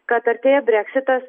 kad artėja breksitas